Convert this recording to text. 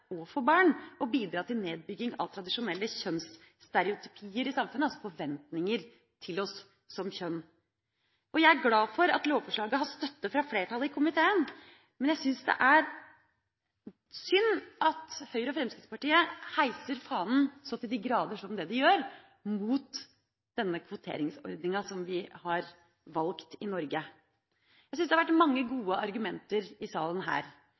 for både mor, far og barn, og de vil bidra til nedbygging av tradisjonelle kjønnsstereotypier i samfunnet, altså forventninger til oss som kjønn. Jeg er glad for at lovforslaget har støtte fra flertallet i komiteen. Men jeg syns det er synd at Høyre og Fremskrittspartiet heiser fanen så til de grader som det de gjør mot denne kvoteringsordninga som vi har valgt i Norge. Jeg syns det har vært mange gode argumenter i salen her